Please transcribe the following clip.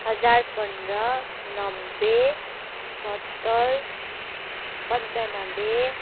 हजार पन्ध्र नब्बे सत्तर पन्चानब्बे